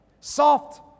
soft